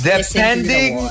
Depending